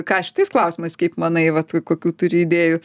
ką šitas klausimas kaip manai vat kokių turi idėjų